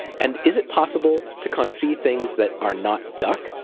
and is it possible to confit things that are not duck?